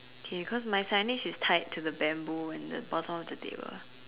K cause my signage is tied to the bamboo at the bottom of the table